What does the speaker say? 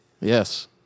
Yes